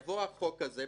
כשיבוא החוק הזה,